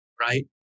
right